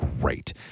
great